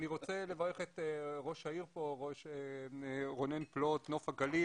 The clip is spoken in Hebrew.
אני רוצה לברך את ראש העיר נוף הגליל.